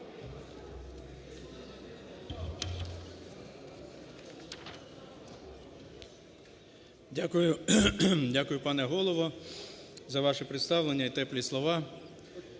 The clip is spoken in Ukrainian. Дякую, пане Голово, за ваше представлення і теплі слова.